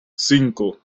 cinco